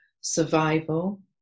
survival